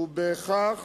הוא בכך